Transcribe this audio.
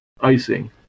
icing